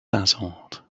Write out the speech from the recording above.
dazzled